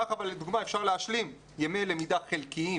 כך לדוגמה אפשר להשלים ימי למידה חלקיים